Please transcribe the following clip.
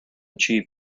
achieve